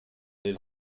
aller